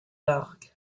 largue